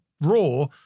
Raw